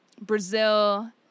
Brazil